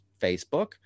Facebook